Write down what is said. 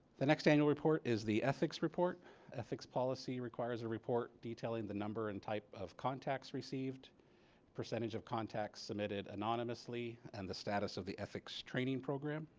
the next annual report is the ethics report ethics policy requires a report detailing the number and type of contacts received percentage of contacts submitted anonymously and the status of the ethics training program